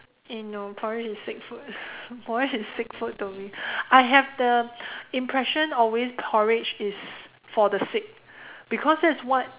eh no porridge is sick food porridge is sick food to me I have the impression always porridge is for the sick because that's what